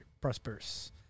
prosperous